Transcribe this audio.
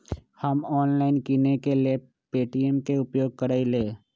हम ऑनलाइन किनेकेँ लेल पे.टी.एम के उपयोग करइले